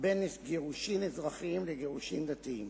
בין גירושין אזרחיים לגירושין דתיים.